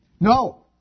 No